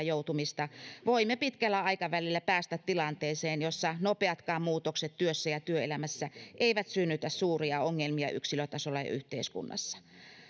joutumista voimme pitkällä aikavälillä päästä tilanteeseen jossa nopeatkaan muutokset työssä ja työelämässä eivät synnytä suuria ongelmia yksilötasolla ja yhteiskunnassa